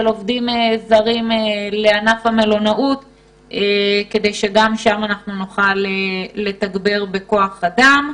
עובדים זרים לענף המלונאות כדי שגם שם אנחנו נוכל לתגבר בכוח אדם.